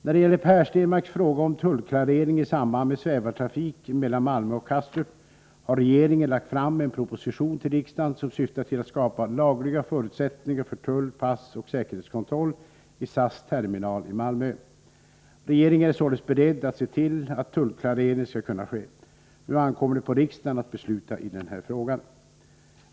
När det gäller Per Stenmarcks fråga om tullklareringen i samband med svävartrafik mellan Malmö och Kastrup har regeringen lagt fram en proposition till riksdagen som syftar till att skapa lagliga förutsättningar för tull-, passoch säkerhetskontroll i SAS terminal i Malmö. Regeringen är således beredd att se till att tullklareringen skall kunna ske. Nu ankommer det på riksdagen att besluta i den frågan.